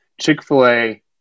Chick-fil-A